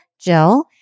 Jill